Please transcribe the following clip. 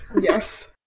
Yes